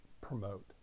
promote